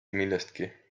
millestki